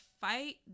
fight